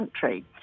country